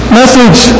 message